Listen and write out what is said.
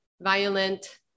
violent